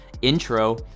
intro